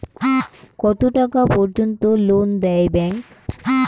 কত টাকা পর্যন্ত লোন দেয় ব্যাংক?